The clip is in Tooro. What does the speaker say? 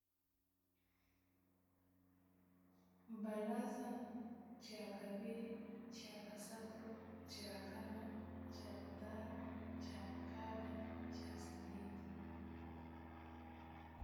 Baraaza, kyakabiiri, kyakasaatu, kyakaana, kyakataano, kyamukaaga, kyasabiiti.